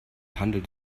handelt